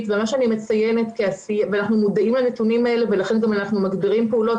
ואנחנו מודעים לנתונים האלה ולכן אנחנו גם מגבירים פעולות